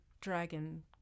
Dragon